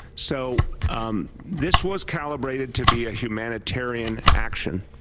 so this was calibrated to be a humanitarian action,